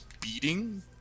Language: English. beating